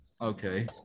Okay